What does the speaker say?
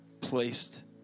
placed